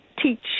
teach